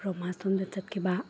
romance ꯂꯣꯝꯗ ꯆꯠꯈꯤꯕ